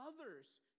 others